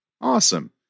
awesome